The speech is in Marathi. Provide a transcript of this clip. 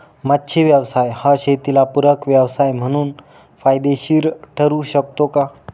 मच्छी व्यवसाय हा शेताला पूरक व्यवसाय म्हणून फायदेशीर ठरु शकतो का?